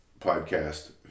podcast